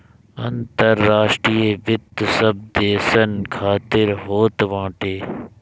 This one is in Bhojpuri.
अंतर्राष्ट्रीय वित्त सब देसन खातिर होत बाटे